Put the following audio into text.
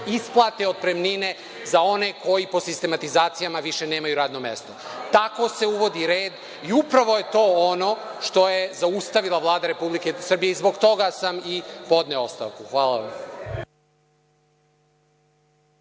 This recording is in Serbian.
isplate otpremnine za one koji po sistematizacijama više nemaju radno mesto. Tako se uvodi red i upravo je to ono što je zaustavila Vlada Republike Srbije i zbog toga sam i podneo ostavku. Hvala vam.